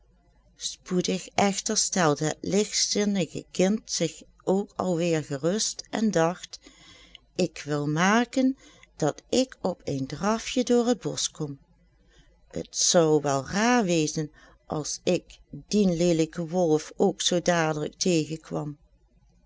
spoedig echter stelde het ligtzinnige kind zich ook al weer gerust en dacht ik wil maken dat ik op een drafje door het bosch kom t zou wel raar wezen als ik dien leelijken wolf ook zoo dadelijk tegenkwam